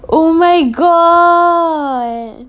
oh my god